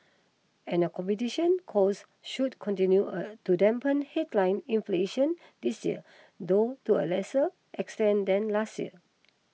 accommodation costs should continue a to dampen headline inflation this year though to a lesser extent than last year